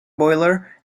boiler